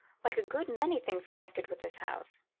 like a good many things connected with this house,